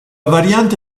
variante